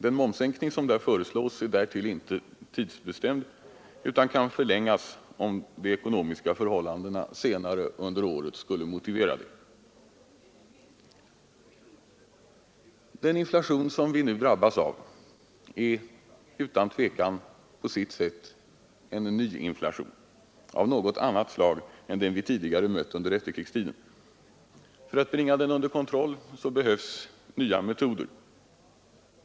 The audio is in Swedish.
Den momssänkning som där föreslås är därtill inte tidsbestämd utan kan förlängas om de ekonomiska förhållandena senare under året skulle motivera det. Den inflation som vi nu drabbas av är utan tvivel på sitt sätt en ny inflation, av något annat slag än den vi tidigare mött under efterkrigstiden. För att bringa den under kontroll behövs nya metoder.